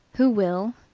who will,